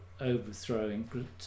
overthrowing